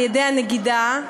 על-ידי הנגידה,